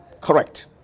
Correct